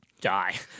die